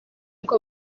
uko